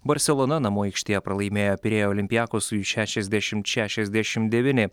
barselona namų aikštėje pralaimėjo pirėjo olimpiakosui šešiasdešimt šešiasdešimt devyni